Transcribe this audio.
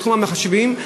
בתחום המחשבים,